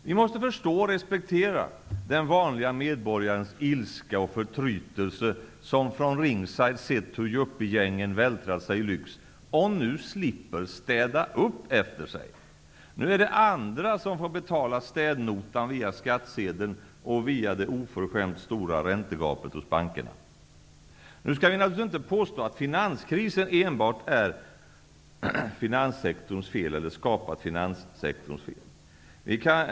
Vi måste förstå och respektera den vanliga medborgarens ilska och förtrytelse, när han från ringside sett hur yuppiegängen vältrat sig i lyx och nu slipper städa upp efter sig. Nu är det andra som får betala städnotan via skattsedeln och via det oförskämt stora räntegapet hos bankerna. Nu skall vi naturligtvis inte påstå att finanskrisen enbart skapats av finanssektorn.